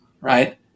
right